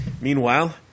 Meanwhile